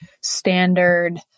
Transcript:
standard